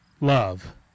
love